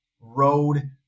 road